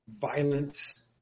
violence